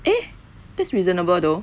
eh that's reasonable though